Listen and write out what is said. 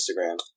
Instagram